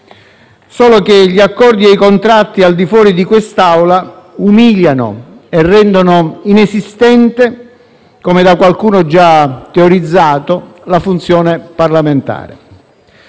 Solo che gli accordi e i contratti al di fuori di quest'Aula umiliano e rendono inesistente, come da qualcuno già teorizzato, la funzione parlamentare.